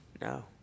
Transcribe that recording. No